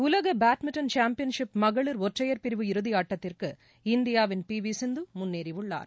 உலக badminton championship மகளிர் ஒற்றையர் பிரிவு இறுதி ஆட்டத்திற்கு இந்தியாவின் பி வி சிந்து முன்னேறியுள்ளார்